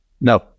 No